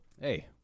Hey